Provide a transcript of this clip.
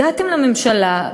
הגעתם לממשלה,